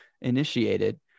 initiated